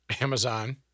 Amazon